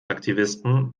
aktivisten